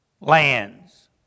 lands